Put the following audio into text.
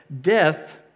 Death